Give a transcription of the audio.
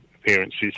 appearances